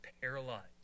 paralyzed